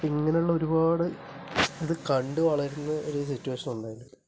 ഇങ്ങനെയുള്ള ഒരുപാട് അത് കണ്ടു വളരുന്ന ഒരു സിറ്റുവേഷൻ ഉണ്ട് അതില്